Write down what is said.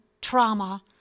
trauma